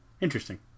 Interesting